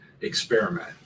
experiment